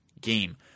game